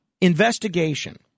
investigation